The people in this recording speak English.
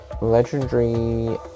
legendary